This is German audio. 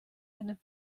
einem